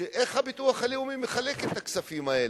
איך הביטוח הלאומי מחלק את הכספים האלה?